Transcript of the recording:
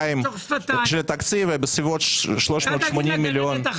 התקציב בסביבות 380 מיליון שקך.